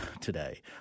today